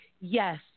Yes